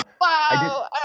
Wow